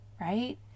right